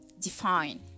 define